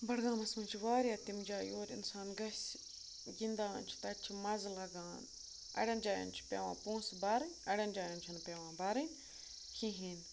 بَڈگامَس منٛز چھِ واریاہ تِم جایہِ یور اِنسان گژھِ گِنٛدان چھُ تَتہِ چھُ مَزٕ لگان اَڑٮ۪ن جایَن چھِ پٮ۪وان پونٛسہٕ بَرٕنۍ اَڑٮ۪ن جایَن چھُنہٕ پٮ۪وان بَرٕنۍ کِہیٖنۍ